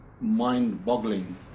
mind-boggling